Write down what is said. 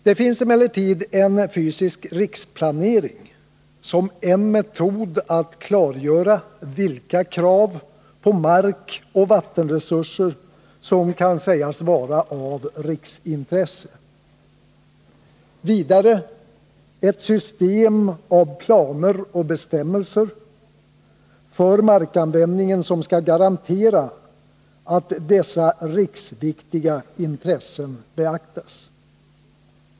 Det finns emellertid en fysisk riksplanering som en metod att klargöra vilka krav på markoch vattenresurser som kan sägas vara av riksintresse, vidare ett system av planer och bestämmelser för markanvändningen, som skall garantera att dessa riksviktiga intressen beaktas.